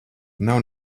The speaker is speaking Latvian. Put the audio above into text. nav